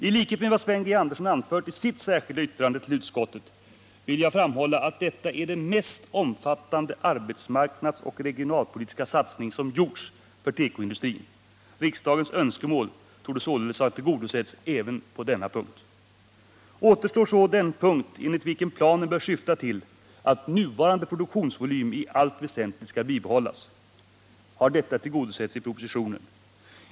I likhet med vad Sven G. Andersson anfört i sitt särskilda yttrande till utskottets betänkande vill jag framhålla att det som föreslås i propositionen är den mest omfattande arbetsmarknadsoch regionalpolitiska satsning som har gjorts för tekoindustrin. Riksdagens önskemål torde således ha tillgodosetts även på denna punkt. Härefter återstår den punkt, enligt vilken planen bör syfta till att nuvarande produktionsvolym i allt väsentligt skall bibehållas. Har detta tillgodosetts i propositionen?